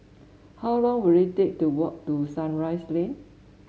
how long will it take to walk to Sunrise Lane